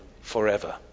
forever